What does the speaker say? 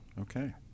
Okay